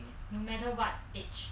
no matter what age